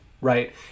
right